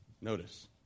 Notice